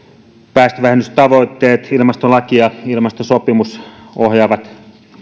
päästövähennystavoitteet ilmastolaki ja ilmastosopimus ohjaavat